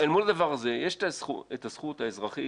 אל מול הדבר הזה יש את הזכות האזרחית